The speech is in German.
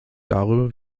darüber